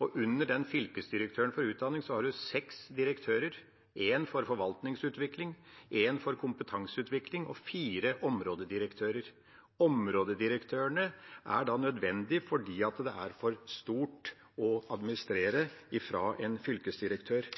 og under den fylkesdirektøren for utdanning har en seks direktører: én for forvaltningsutvikling, én for kompetanseutvikling og fire områdedirektører. Områdedirektørene er da nødvendige fordi fylket er for stort å administrere for en fylkesdirektør,